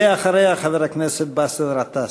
ואחריה, חבר הכנסת באסל גטאס.